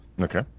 okay